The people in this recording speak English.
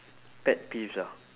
pet peeves ah